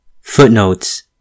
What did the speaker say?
Footnotes